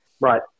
Right